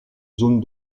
zone